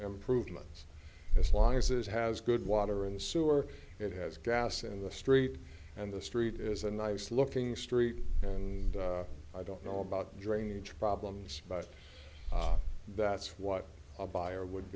improvements as long as it has good water in the sewer it has gas in the street and the street is a nice looking street and i don't know about drainage problems but that's what a buyer would